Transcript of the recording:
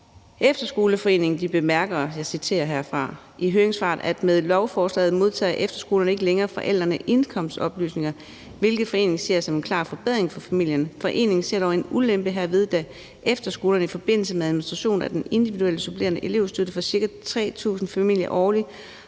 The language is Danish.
citerer herfra: Med lovforslaget modtager efterskolerne ikke længere forældrenes indkomstoplysninger, hvilket foreningen ser som en klar forbedring for familierne. Foreningen ser dog en ulempe herved, da efterskolerne i forbindelse med administration af den individuelle supplerende elevstøtte for ca. 3.000 familier årligt